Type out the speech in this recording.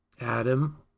Adam